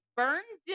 burned